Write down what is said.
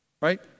right